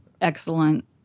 excellent